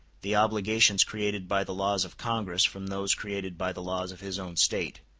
the obligations created by the laws of congress from those created by the laws of his own state